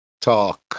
talk